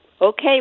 Okay